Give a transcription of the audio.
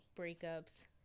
breakups